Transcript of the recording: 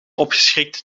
opgeschrikt